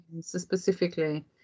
specifically